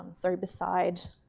sorry, beside